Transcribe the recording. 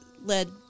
led